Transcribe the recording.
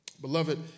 Beloved